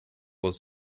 was